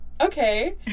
okay